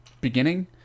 beginning